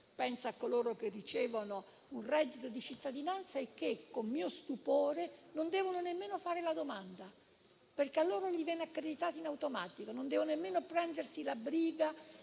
(penso a coloro che ricevono un reddito di cittadinanza e che, con mio stupore, non devono nemmeno fare la domanda, perché viene loro accreditato in automatico, senza doversi prendere la briga